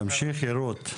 תמשיכי רות.